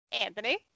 Anthony